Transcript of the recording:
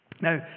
Now